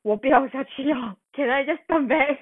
我不要下去噢 can I just stand there